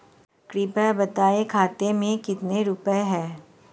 कृपया बताएं खाते में कितने रुपए हैं?